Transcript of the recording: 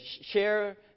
share